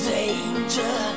danger